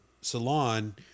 salon